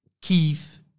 Keith